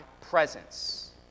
presence